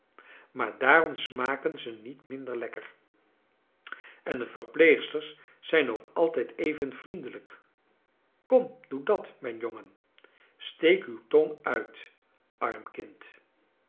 maar daarom smaken ze niet minder lekker en de verpleegsters zijn ook altijd even vriendelijk kom doe dat mijn jongen steek uw tong uit arm kind